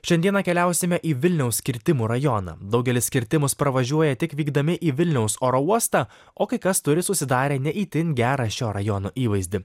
šiandieną keliausime į vilniaus kirtimų rajoną daugelis kirtimus pravažiuoja tik vykdami į vilniaus oro uostą o kai kas turi susidarę ne itin gerą šio rajono įvaizdį